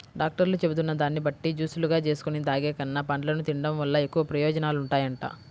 డాక్టర్లు చెబుతున్న దాన్ని బట్టి జూసులుగా జేసుకొని తాగేకన్నా, పండ్లను తిన్డం వల్ల ఎక్కువ ప్రయోజనాలుంటాయంట